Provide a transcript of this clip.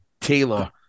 Taylor